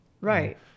right